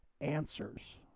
answers